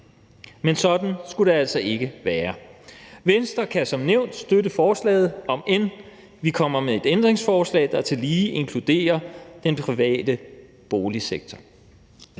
Men sådan skulle det altså ikke være. Venstre kan som nævnt støtte forslaget, omend vi kommer med et ændringsforslag, der tillige inkluderer den private boligsektor.